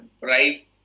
right